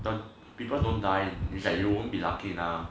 the people don't die like you won't be lucky lah